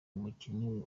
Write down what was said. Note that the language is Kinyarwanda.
umukinnyi